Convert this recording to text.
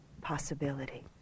possibility